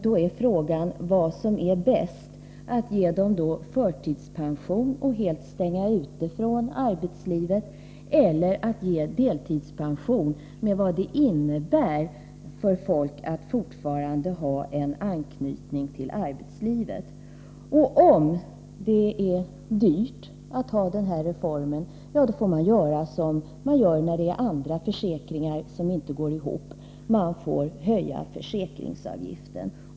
Då är frågan vad som är bäst: att ge dem förtidspension och utestänga dem från arbetslivet, eller att ge dem delpension med vad det innebär att fortfarande ha en anknytning till arbetslivet. Om det är för dyrt med den här reformen, får man ju göra som med andra försäkringar som inte går ihop: man får höja försäkringsavgiften.